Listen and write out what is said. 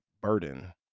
burden